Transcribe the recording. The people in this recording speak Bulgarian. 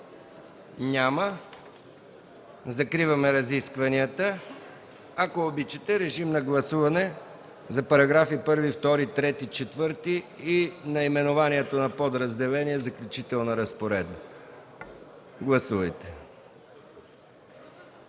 Няма. Закривам разискванията. Ако обичате, режим на гласуване за параграфи 1, 2, 3 и 4 и наименованието на подразделение „Заключителна разпоредба”. Гласували